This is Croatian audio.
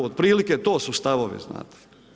Otprilike to su stavovi, znate.